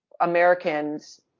Americans